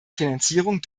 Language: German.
finanzierung